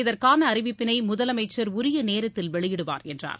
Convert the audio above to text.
இதற்கான அறிவிப்பினை முதலமைச்சர் உரிய நேரத்தில் வெளியிடுவார் என்றார்